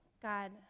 God